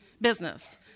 Business